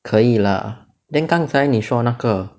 可以 lah then 刚才你说那个